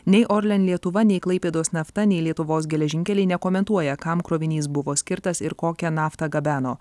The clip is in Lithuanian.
nei orlen lietuva nei klaipėdos nafta nei lietuvos geležinkeliai nekomentuoja kam krovinys buvo skirtas ir kokią naftą gabeno